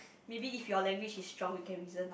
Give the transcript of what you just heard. maybe if your language is strong he can reason out